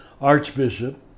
archbishop